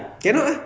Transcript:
cannot ah